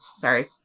Sorry